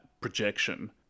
projection